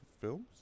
films